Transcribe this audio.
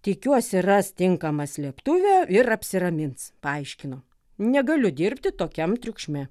tikiuosi ras tinkamą slėptuvę ir apsiramins paaiškino negaliu dirbti tokiam triukšme